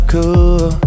Cool